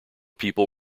people